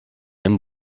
and